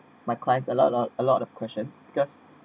my clients a lot of a lot of questions because